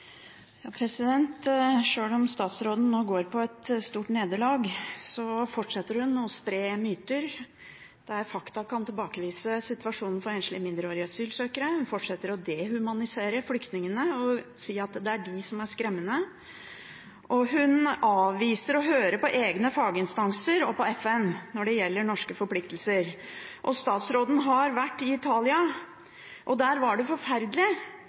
Sjøl om statsråden nå går på et stort nederlag, fortsetter hun å spre myter der fakta kan tilbakevise situasjonen for enslige mindreårige asylsøkere. Hun fortsetter å dehumanisere flyktningene og å si at det er de som er skremmende, og hun avviser å høre på egne faginstanser og på FN når det gjelder norske forpliktelser. Statsråden har vært i Italia, og der var det forferdelig